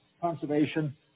conservation